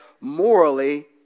morally